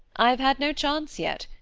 i've had no chance yet,